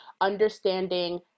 understanding